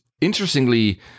interestingly